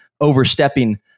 overstepping